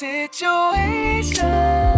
Situation